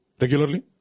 regularly